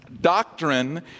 Doctrine